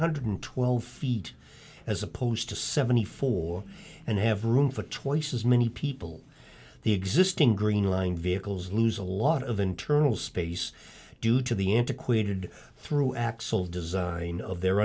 hundred twelve feet as opposed to seventy four and have room for twice as many people the existing green line vehicles lose a lot of internal space due to the antiquated through axle design of the